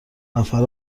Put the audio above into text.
نفر